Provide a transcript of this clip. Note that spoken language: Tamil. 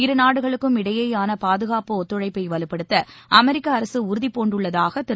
இருநாடுகளுக்கும் இடையேயான பாதுகாப்பு ஒத்துழைப்பை வலுப்படுத்த அமெரிக்க அரசு உறுதிபூண்டுள்ளதாக திரு